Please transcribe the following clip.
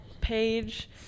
page